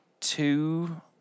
two